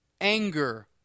anger